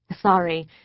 Sorry